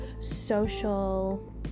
social